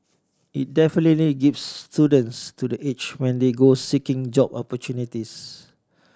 it definitely gives students to the edge when they go seeking job opportunities